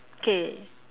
K